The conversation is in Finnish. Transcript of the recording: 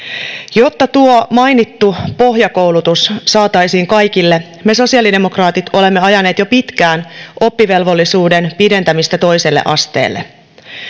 jotta tuo mainittu pohjakoulutus saataisiin kaikille me sosiaalidemokraatit olemme ajaneet jo pitkään oppivelvollisuuden pidentämistä toiselle asteelle